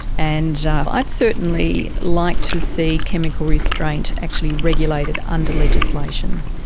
and i'd certainly like to see chemical restraint actually regulated under legislation.